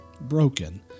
broken